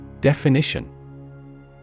Definition